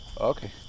Okay